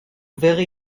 very